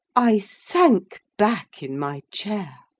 i sank back in my chair.